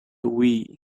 wii